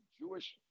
Jewish